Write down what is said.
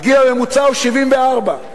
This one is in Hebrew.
הגיל הממוצע הוא 74,